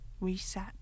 Reset